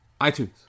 iTunes